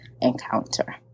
encounter